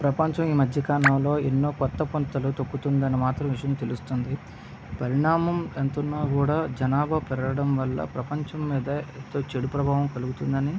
ప్రపంచం ఈమధ్య కాలంలో ఎన్నోకొత్త పుంతలు తొక్కుతుందనే మాత్రం విషయం తెలుస్తుంది పరిణామం ఎంత ఉన్న కుడా జనాభా పెరగడం వల్ల ప్రపంచం మీద ఎంతో చెడు ప్రభావం కలుగుతుందని